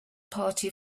party